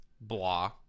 Blah